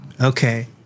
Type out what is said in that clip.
Okay